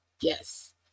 yes